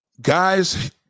Guys